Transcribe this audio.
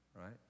right